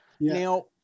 Now